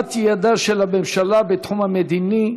אוזלת ידה של הממשלה בתחום המדיני,